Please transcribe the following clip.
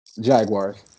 Jaguars